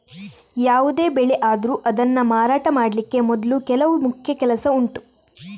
ಯಾವುದೇ ಬೆಳೆ ಆದ್ರೂ ಅದನ್ನ ಮಾರಾಟ ಮಾಡ್ಲಿಕ್ಕೆ ಮೊದ್ಲು ಕೆಲವು ಮುಖ್ಯ ಕೆಲಸ ಉಂಟು